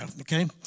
okay